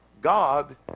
God